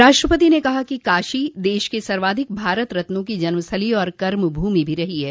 राष्ट्रपति ने कहा कि काशी देश के सर्वाधिक भारतरत्नों की जन्मस्थली और कर्मभूमि भी रही है